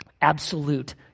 Absolute